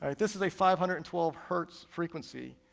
ah this is a five hundred and twelve hertz frequency,